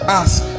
ask